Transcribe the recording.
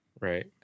Right